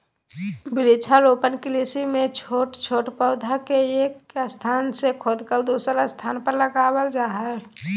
वृक्षारोपण कृषि मे छोट छोट पौधा के एक स्थान से खोदकर दुसर स्थान पर लगावल जा हई